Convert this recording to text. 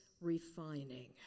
refining